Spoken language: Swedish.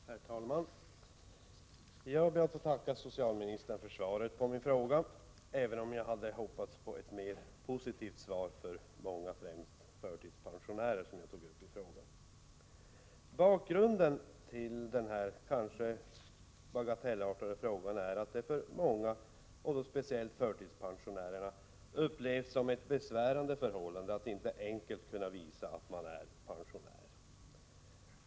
Herr talman! Jag ber att få tacka socialministern för svaret på min fråga, även om jag hade hoppats på ett mer positivt svar för många, främst förtidspensionärer, som jag tog upp i min fråga. Bakgrunden till denna kanske bagatellartade fråga är att det för många, speciellt förtidspensionärer, upplevs som ett besvärande förhållande att man inte enkelt kan visa att man är pensionär.